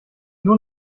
nun